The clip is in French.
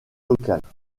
locales